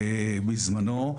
בזמנו,